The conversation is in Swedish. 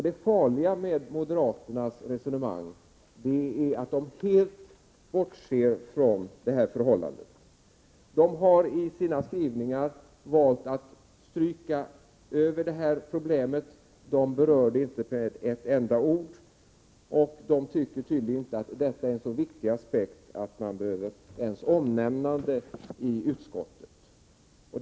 Det farliga med moderaternas resonemang är att de helt bortser från detta förhållande. De har i sina skrivningar valt att stryka över problemet. De berör det inte med ett enda ord, och de tycker tydligen inte att detta är en så viktig aspekt att den ens behöver ett omnämnande i utskottet.